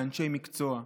באנשי מקצוע,